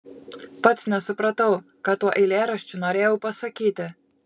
pats nesupratau ką tuo eilėraščiu norėjau pasakyti